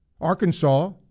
Arkansas